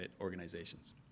organizations